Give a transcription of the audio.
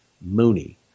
Mooney